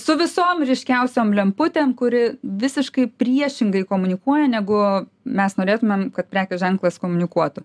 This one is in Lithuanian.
su visom ryškiausiom lemputė kuri visiškai priešingai komunikuoja negu mes norėtumėm kad prekių ženklas komunikuotų